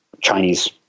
Chinese